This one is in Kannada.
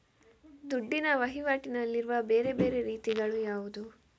ದುಡ್ಡಿನ ವಹಿವಾಟಿನಲ್ಲಿರುವ ಬೇರೆ ಬೇರೆ ರೀತಿಗಳು ಯಾವುದು?